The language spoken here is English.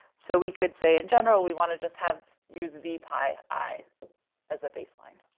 so we could say, in general, we wanna just have use v pi i as a baseline.